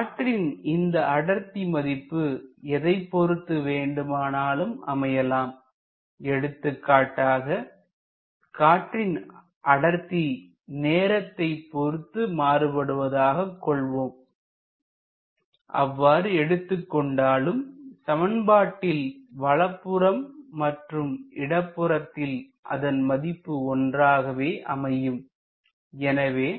காற்றின் இந்த அடர்த்தி மதிப்பு எதைப் பொறுத்து வேண்டுமானாலும் அமையலாம் எடுத்துக்காட்டாக காற்றின் அடர்த்தி நேரத்தை பொறுத்து மாறுவதாக எடுத்துக்கொள்ளலாம் அவ்வாறு எடுத்துக்கொண்டாலும் சமன்பாட்டின் வலப்புறம் மற்றும் இடப்புறத்தில் அதன் மதிப்பு ஒன்றாகவே அமையும் எனவே